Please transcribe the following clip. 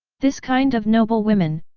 this kind of noble women,